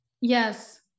Yes